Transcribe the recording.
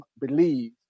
BELIEVE